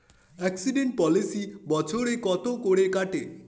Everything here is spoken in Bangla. এক্সিডেন্ট পলিসি বছরে কত করে কাটে?